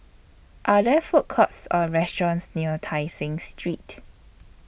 Are There Food Courts Or restaurants near Tai Seng Street